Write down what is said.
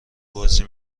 بازی